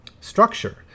structure